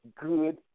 good